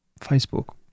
Facebook